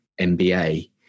MBA